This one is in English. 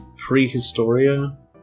Prehistoria